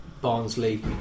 Barnsley